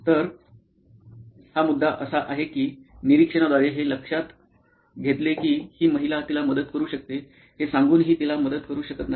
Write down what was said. तर हा मुद्दा असा की त्यांनी निरीक्षणाद्वारे हे लक्षात घेतले की ही महिला तिला मदत करू शकते हे सांगूनही तिला मदत करू शकत नाही